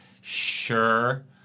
sure